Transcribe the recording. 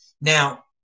Now